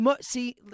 See